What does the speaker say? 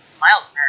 Miles